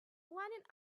running